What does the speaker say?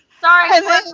Sorry